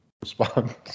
respond